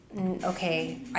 okay